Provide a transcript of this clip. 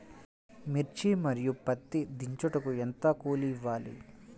మిర్చి మరియు పత్తి దించుటకు ఎంత కూలి ఇవ్వాలి?